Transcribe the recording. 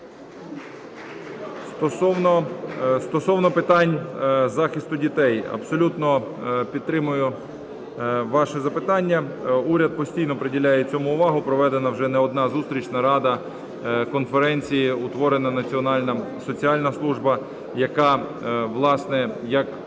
Стосовно питань захисту дітей, абсолютно підтримую ваше запитання, уряд постійно приділяє цьому увагу, проведена вже не одна зустріч, нарада, конференції. Утворена Національна соціальна служба, яка, власне, як